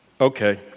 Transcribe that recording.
okay